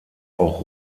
auch